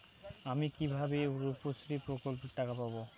আমি কিভাবে রুপশ্রী প্রকল্পের টাকা পাবো?